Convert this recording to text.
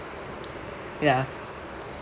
ya